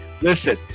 listen